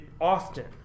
often